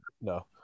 no